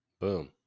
Boom